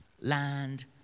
Land